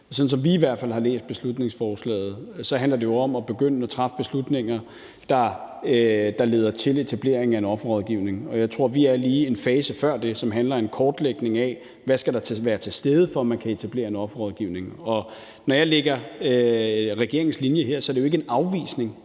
sådan som vi i hvert fald har læst beslutningsforslaget, handler det jo om at begynde at træffe beslutninger, der leder til etableringen af en offerrådgivning. Jeg tror, vi er i en fase lige før det, som handler om en kortlægning af, hvad der skal være til stede, for at man kan etablere en offerrådgivning. Når jeg lægger regeringens linje her, er det jo ikke en afvisning